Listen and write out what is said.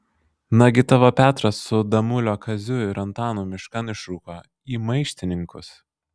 nagi tavo petras su damulio kaziu ir antanu miškan išrūko į maištininkus